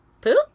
Poop